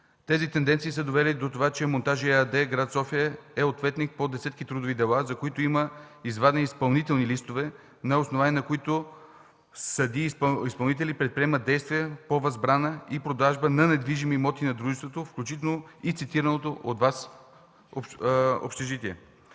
Тези тенденции са довели до това, че „Монтажи“ ЕАД, град София, е ответник по десетки трудови дела, за които има извадени изпълнителни листове и на тяхно основание съдии изпълнители предприемат действия по възбрана и продажба на недвижими имоти на дружеството, включително и цитираното от Вас общежитие.